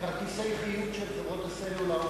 כרטיסי חיוב של חברות הסלולר הוחרמו.